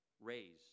raise